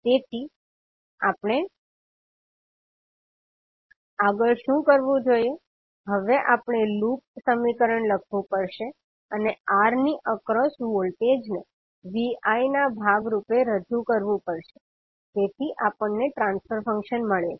તેથી આપણે આગળ શું કરવું જોઈએ હવે આપણે લૂપ સમીકરણ લખવું પડશે અને R ની એક્રોસ વોલ્ટેજ ને Vi ના ભાગ રૂપે રજુ કરવું પડશે જેથી આપણને ટ્રાન્સફર ફંક્શન મળે છે